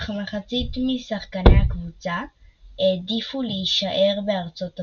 אך מחצית משחקני הקבוצה העדיפו להישאר בארצות הברית.